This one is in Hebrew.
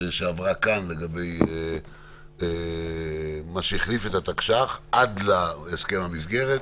שעברה כאן, מה שהחליף את התקש"ח עד להסכם המסגרת.